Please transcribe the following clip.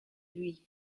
lui